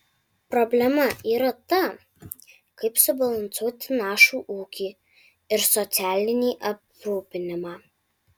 problema yra ta kaip subalansuoti našų ūkį ir socialinį aprūpinimą